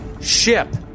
ship